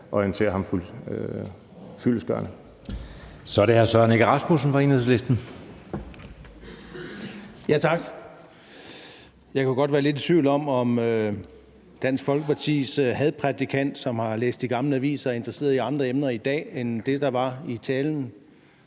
fra Enhedslisten. Kl. 20:19 Søren Egge Rasmussen (EL): Tak. Jeg kan godt være lidt i tvivl om, om Dansk Folkepartis hadprædikant, som har læst de gamle aviser, er interesseret i andre emner i dag end det, der var i talen.